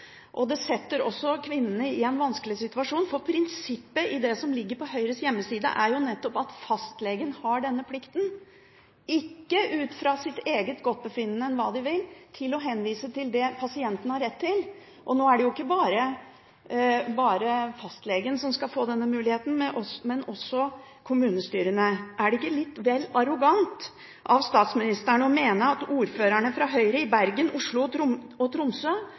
og det setter også kvinnene i en vanskelig situasjon, for prinsippet i det som ligger på Høyres hjemmeside, er jo nettopp at fastlegen har denne plikten – ikke ut fra sitt eget forgodtbefinnende eller hva de vil – til å henvise til det pasienten har rett til. Og nå er det jo ikke bare fastlegen som skal få denne muligheten, men også kommunestyrene. Er det ikke litt vel arrogant av statsministeren å mene at ordførerne fra Høyre i Bergen, Oslo og Tromsø